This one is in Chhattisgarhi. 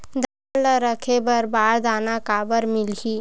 धान ल रखे बर बारदाना काबर मिलही?